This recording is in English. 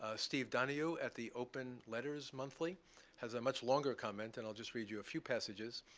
ah steve donoghue at the open letters monthly has a much longer comment. and i'll just read you a few passages.